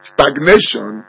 Stagnation